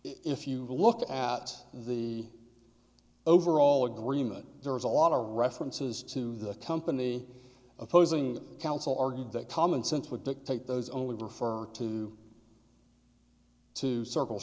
if you look at the overall agreement there was a lot of references to the company opposing counsel argued that common sense would dictate those only refer to two circle